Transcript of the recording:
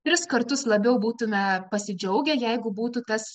tris kartus labiau būtume pasidžiaugę jeigu būtų tas